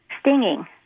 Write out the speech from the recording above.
stinging